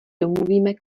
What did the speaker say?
domluvíme